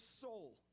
soul